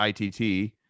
ITT